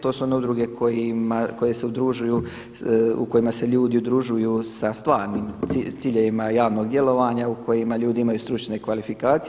To su one udruge koje se udružuju u kojima se ljudi udružuju sa stvarnim ciljevima javnog djelovanja u kojima ljudi imaju stručne kvalifikacije.